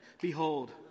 Behold